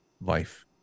life